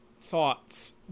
thoughts